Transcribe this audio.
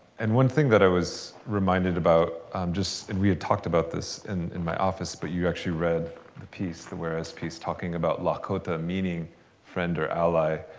and one thing that i was reminded about um and we talked about this in in my office, but you actually read the piece, the whereas piece talking about lakota meaning friend or ally.